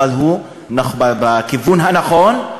אבל הוא בכיוון הנכון,